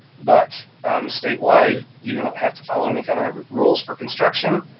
but state wide, you don't have to follow any kind of rules for construction,